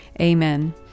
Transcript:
Amen